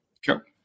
sure